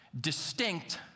Distinct